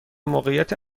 موقعیت